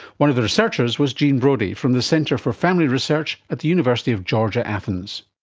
one of the researchers was gene brody from the centre for family research at the university of georgia, athens.